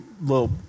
little